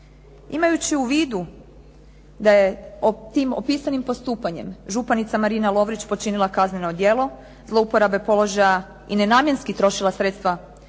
Imajući u vidu da je tim opisanim postupanjem županica Marina Lovrić počinila kazneno djelo zlouporabe položaja i nenamjenski trošila sredstva županije